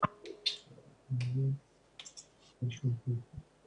חוק איסור נהיגה על חוף הים - 654,